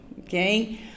okay